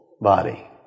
body